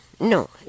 No